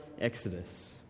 Exodus